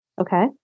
Okay